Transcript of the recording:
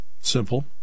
Simple